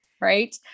right